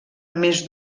més